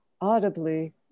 audibly